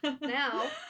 now